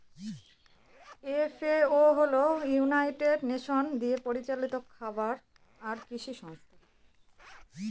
FAO হল United Nation দিয়ে পরিচালিত খাবার আর কৃষি সংস্থা